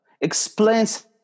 explains